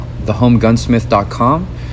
thehomegunsmith.com